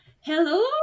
hello